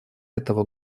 этого